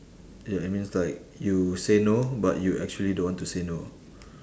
ya it means like you say no but you actually don't want to say no